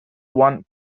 one